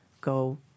go